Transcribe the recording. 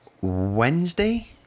Wednesday